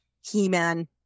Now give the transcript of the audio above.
He-Man